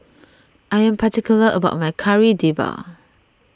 I am particular about my Kari Debal